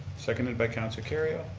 seconded by councillor kerrio.